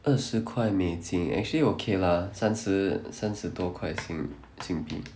二十块美金 actually okay lah 三十三十多块新新币